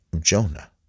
Jonah